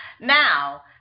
Now